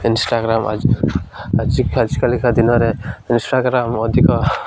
Instagram ଆଜିକାଲିକା ଦିନରେ Instagram ଅଧିକ